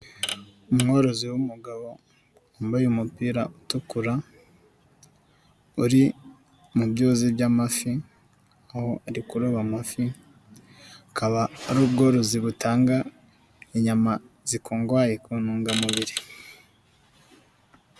Umworozi w'umugabo wambaye umupira utukura, uri mu byuzi by'amafi, aho ari kuroba amafi, akaba ari ubworozi butanga inyama zikungahaye ku ntungamubiri.